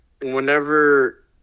whenever